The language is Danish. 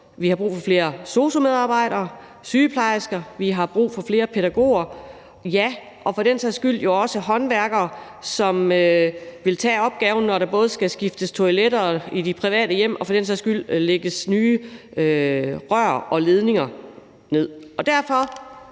vi har brug for flere sosu-medarbejdere, flere sygeplejersker, flere pædagoger og jo også håndværkere, som både vil tage opgaven, når der skal skiftes toiletter i de private hjem, og når der skal lægges nye rør og ledninger ned. Derfor